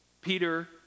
Peter